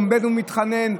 עומד ומתחנן,